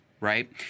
right